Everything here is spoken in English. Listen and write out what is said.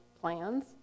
plans